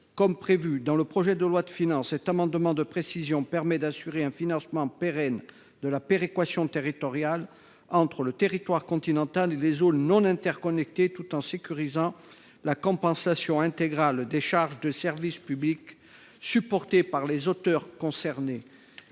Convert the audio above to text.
comme le projet de loi de finances le prévoit, un financement pérenne de la péréquation territoriale entre le territoire continental et les zones non interconnectées, tout en sécurisant la compensation intégrale des charges de service public supportées par les opérateurs concernés.